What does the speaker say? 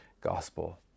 gospel